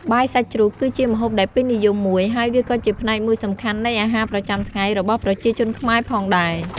បាយសាច់ជ្រូកគឺជាម្ហូបដែលពេញនិយមមួយ ហើយវាក៏ជាផ្នែកមួយសំខាន់នៃអាហារប្រចាំថ្ងៃរបស់ប្រជាជនខ្មែរផងដែរ ។